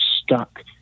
stuck